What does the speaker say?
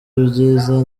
ibyiza